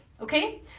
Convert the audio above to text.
Okay